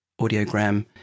audiogram